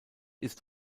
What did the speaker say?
ist